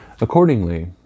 Accordingly